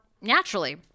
naturally